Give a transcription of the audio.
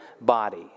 body